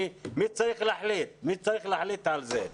מי צריך להחליט על זה?